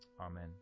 amen